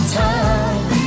time